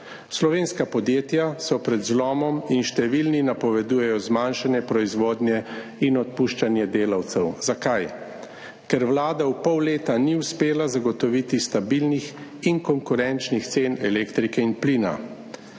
Slovenska podjetja so pred zlomom in številni napovedujejo zmanjšanje proizvodnje in odpuščanje delavcev. Zakaj? Ker vlada v pol leta ni uspela zagotoviti stabilnih in konkurenčnih cen elektrike in plina.